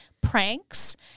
pranks